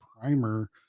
primer